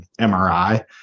MRI